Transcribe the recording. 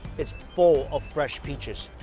it's full of fresh peaches.